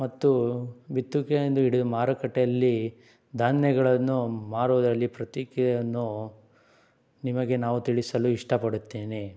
ಮತ್ತು ಬಿತ್ತುಗೆಯಿಂದ ಹಿಡಿದು ಮಾರುಕಟ್ಟೆಲ್ಲಿ ಧಾನ್ಯಗಳನ್ನು ಮಾರುವುದರಲ್ಲಿ ಪ್ರತೀಕೆಯನ್ನು ನಿಮಗೆ ನಾವು ತಿಳಿಸಲು ಇಷ್ಟಪಡುತ್ತೇನೆ